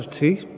tea